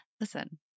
listen